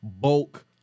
bulk